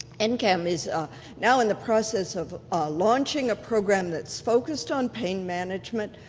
and mcam is now in the process of launching a program that's focused on pain management,